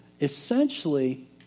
Essentially